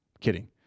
Kidding